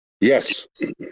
Yes